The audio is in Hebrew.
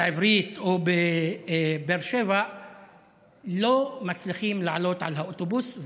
העברית או לבאר שבע לא מצליחים לעלות על האוטובוס,